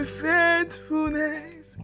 faithfulness